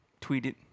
tweeted